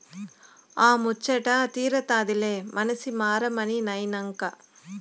ఆ ముచ్చటా తీరతాదిలే మనసి మరమనినైనంక